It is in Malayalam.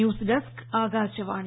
news desk Akashvani